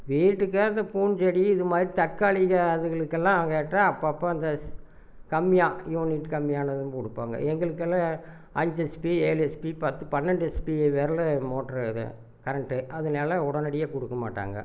வீட்டுக்கு அந்த பூஞ்செடி இது மாதிரி தக்காளிக அதுகளுக்கெல்லாம் கேட்டால் அப்பப்போ இந்த கம்மியாக யூனிட் கம்மியானதும் கொடுப்பாங்க எங்களுக்கெல்லாம் அஞ்சு எச்பி ஏழு எச்பி பத்து பன்னெண்டு எச்பி வரலும் மோட்ரு கரண்ட்டு அதனால உடனடியாக கொடுக்க மாட்டாங்க